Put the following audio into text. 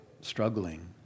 struggling